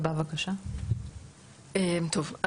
טוב,